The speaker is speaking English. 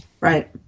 Right